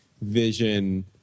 vision